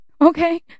Okay